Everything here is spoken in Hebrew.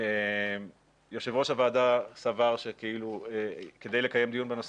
יושב ראש הוועדה סבר שכדי לקיים דיון בנושא